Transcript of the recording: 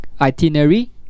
itinerary